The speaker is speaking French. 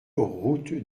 route